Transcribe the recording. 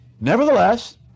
nevertheless